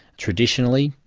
traditionally,